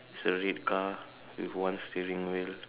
it's a red car with one steering wheel